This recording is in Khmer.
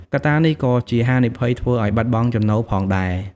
កត្តានេះក៏ជាហានិភ័យធ្វើឱ្យបាត់បង់ចំណូលផងដែរ។